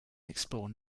explore